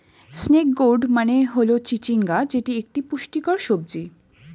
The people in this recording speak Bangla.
স্নেক গোর্ড মানে হল চিচিঙ্গা যেটি একটি পুষ্টিকর সবজি